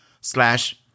slash